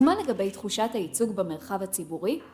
מה לגבי תחושת הייצוג במרחב הציבורי?